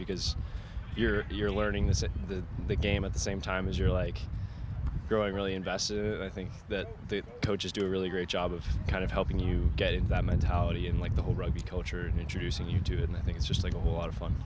because you're you're learning this in the game at the same time as you're like growing really invest and i think that the coaches do a really great job of kind of helping you get in that mentality in like the whole rugby culture and introducing you to it and i think it's just like a whole lot of fun